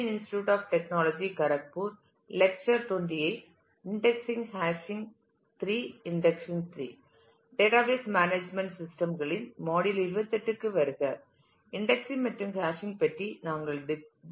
indexing மற்றும் hashing பற்றி நாங்கள் டிஸ்கஷிங் செய்து வருகிறோம்